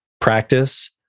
practice